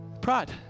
Pride